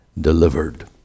delivered